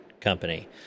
company